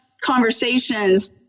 conversations